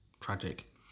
tragic